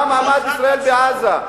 מה מעמד ישראל בעזה?